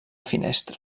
finestra